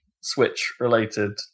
Switch-related